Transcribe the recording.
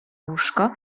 łóżko